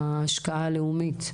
ההשקעה הלאומית.